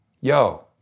yo